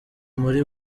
muri